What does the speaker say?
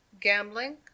gambling